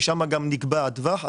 ושם גם נקבע הטווח,